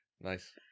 Nice